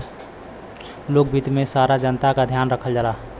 लोक वित्त में सारा जनता क ध्यान रखल जाला